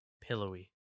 pillowy